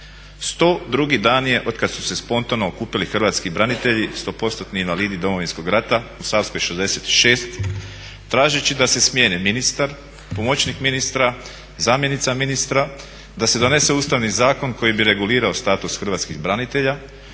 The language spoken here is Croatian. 102. dan je otkad su se spontano okupili hrvatski branitelji, 100%-tni invalidi Domovinskog rata u Savskoj 66 tražeći da se smijene ministar, pomoćnik ministra, zamjenica ministra, da se donese ustavni zakon koji bi regulirao status hrvatskih branitelja,